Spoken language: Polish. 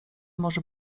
może